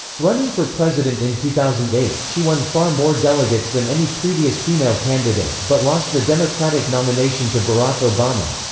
running for president in two thousand and eight, she won far more delegates than any previous female candidate but lost the democratic nomination to barack obama.